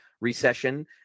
recession